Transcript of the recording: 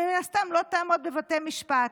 שמן הסתם לא תעמוד בבתי משפט.